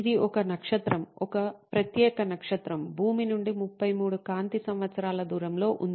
ఇది ఒక నక్షత్రం ఈ ప్రత్యేక నక్షత్రం భూమి నుండి 33 కాంతి సంవత్సరాల దూరంలో ఉంది